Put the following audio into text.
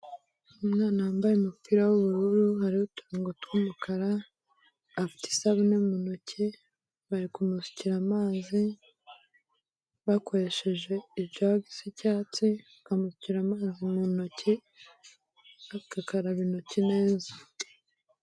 Umwana wambaye umupira w'ubururu, hariho uturongo tw'umukara, afite isabune mu ntoki, bari kumusukira amazi, bakoresheje ijagi isa icyatsi, bakamusukira amazi mu ntoki, agakaraba intoki neza.